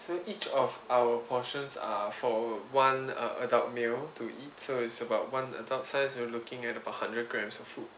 so each of our portions are for one err adult male to eat so it's about one adult size you are looking at about hundred grams of food